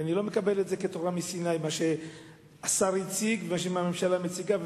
ואני לא מקבל כתורה מסיני את מה שהשר הציג ומה שהממשלה מציגה,